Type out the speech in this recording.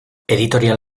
editorial